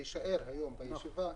ח"כ חמד עמאר, בבקשה.